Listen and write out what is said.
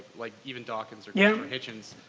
like, even dawkins or yeah hitchens,